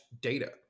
data